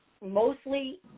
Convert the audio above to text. mostly